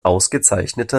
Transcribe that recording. ausgezeichneter